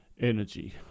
energy